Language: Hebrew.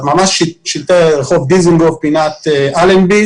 שלטי רחוב דיזינגוף פינת אלנבי,